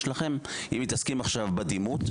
מתעסקים בדימות,